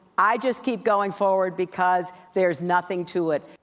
i just keep going forward because there's nothing to it.